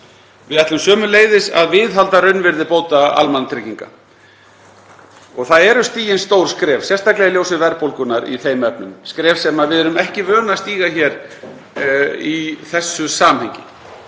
Við ætlum sömuleiðis að viðhalda raunvirði bóta almannatrygginga og það eru stigin stór skref, sérstaklega í ljósi verðbólgunnar í þeim efnum, skref sem við erum ekki vön að stíga hér í þessu samhengi.